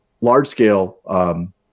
large-scale